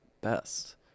best